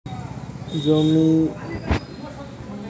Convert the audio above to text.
যদি জমি না থাকে তাহলে কি ব্যাংক লোন হবে না?